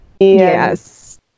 Yes